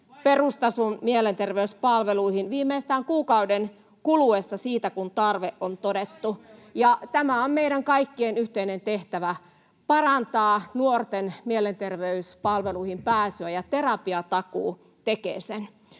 perustason mielenterveyspalveluihin viimeistään kuukauden kuluessa siitä, [Krista Kiuru: Voi aikoja, voi tapoja!] kun tarve on todettu. Tämä on meidän kaikkien yhteinen tehtävä, parantaa nuorten mielenterveyspalveluihin pääsyä, ja terapiatakuu tekee sen.